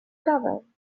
govern